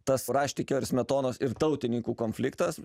tas raštikio ir smetonos ir tautininkų konfliktas